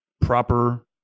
proper